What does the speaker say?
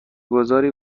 گذاری